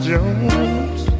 Jones